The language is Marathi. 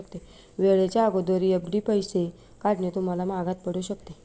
वेळेच्या अगोदर एफ.डी पैसे काढणे तुम्हाला महागात पडू शकते